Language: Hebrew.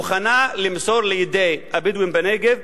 מוכנה למסור לידי הבדואים בנגב,